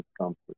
comfort